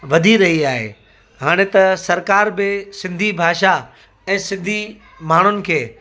वधी रही आहे हाणे त सरकारि बि सिंधी भाषा ऐं सिंधी माण्हुनि खे